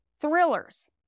thrillers